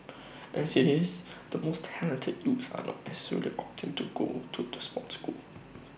as IT is the most talented youth are not necessarily opting to go to the sports school